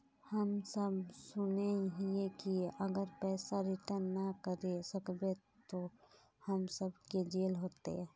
हम सब सुनैय हिये की अगर पैसा रिटर्न ना करे सकबे तो हम सब के जेल होते?